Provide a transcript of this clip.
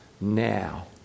now